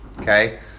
okay